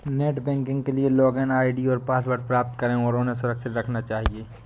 net banking के लिए login ID और पासवर्ड प्राप्त करें और उन्हें सुरक्षित रखना चहिये